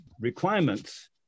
requirements